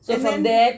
and then